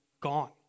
gone